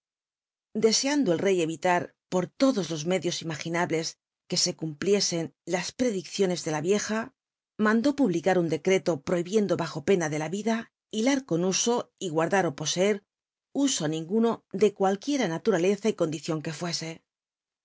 deseando el rc critar por todos los medios imaginables que se cumpliesen las predicciones de la yicja mandó publicar un decreto prohibiendo bajo pena ele l l vida uilar con huso j guardar ó poseer iluso ninguno de cualquier naluraleza y coud icion que fu